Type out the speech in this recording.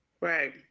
Right